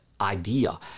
idea